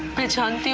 be